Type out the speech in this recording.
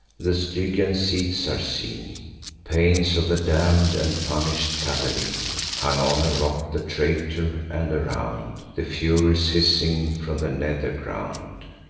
the stygian seats are seen pains of the damn'd, and punish'd catiline hung on a rock the traitor and, around, the furies hissing from the nether ground.